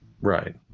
Right